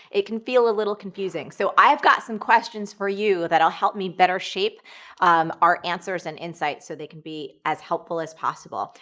it can feel a little confusing. so i've got some questions for you that'll help me better shape our answers and insights so they can be as helpful as possible.